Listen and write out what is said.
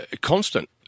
constant